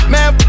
Man